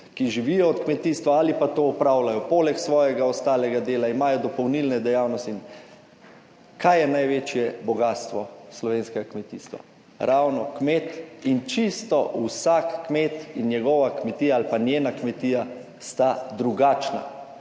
ki živijo od kmetijstva ali pa to opravljajo poleg svojega ostalega dela, imajo dopolnilne dejavnosti. Kaj je največje bogastvo slovenskega kmetijstva? Ravno kmet in čisto vsak kmet in njegova kmetija ali pa njena kmetija sta drugačna.